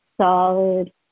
solid